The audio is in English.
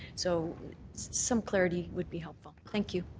so some clarity would be helpful. thank you.